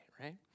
right